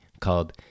called